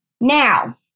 Now